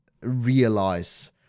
realize